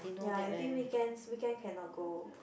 ya I think weekends weekend cannot go